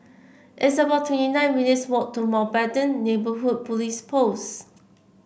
it's about twenty nine minutes' walk to Mountbatten Neighbourhood Police Post